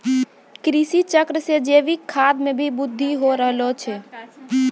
कृषि चक्र से जैविक खाद मे भी बृद्धि हो रहलो छै